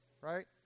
right